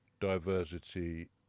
diversity